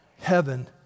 heaven